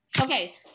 okay